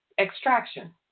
extraction